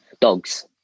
dogs